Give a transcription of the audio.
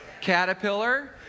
caterpillar